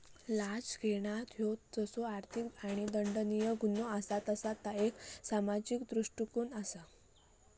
लाच घेणा ह्यो जसो आर्थिक आणि दंडनीय गुन्हो असा तसा ता एक सामाजिक दृष्कृत्य असा